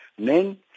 Men